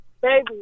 Baby